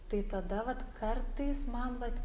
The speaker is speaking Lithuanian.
tai tada vat kartais man vat